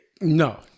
no